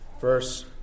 verse